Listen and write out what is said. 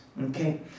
okay